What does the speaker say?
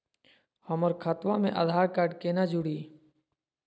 हमर खतवा मे आधार कार्ड केना जुड़ी?